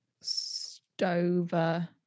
Stover